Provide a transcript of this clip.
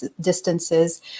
distances